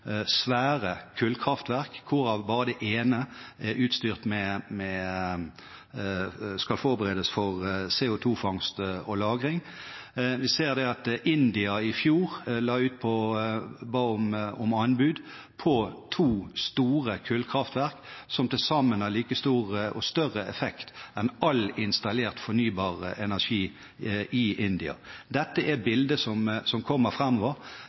svære kullkraftverk, hvorav bare det ene skal forberedes for CO2-fangst og -lagring. India ba i fjor om anbud på to store kullkraftverk som til sammen har like stor eller større effekt enn all installert fornybar energi i India. Dette er bildet som kommer framover. Det betyr at vi kommer